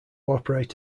operate